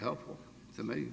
helpful to me